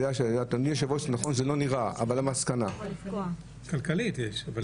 זה לא נראה --- כלכלית יש.